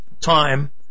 time